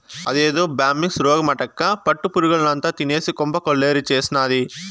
అదేదో బ్యాంబిక్స్ రోగమటక్కా పట్టు పురుగుల్నంతా తినేసి కొంప కొల్లేరు చేసినాది